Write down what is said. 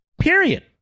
Period